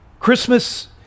Christmas